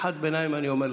כשיחת ביניים אני אומר לך.